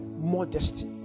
modesty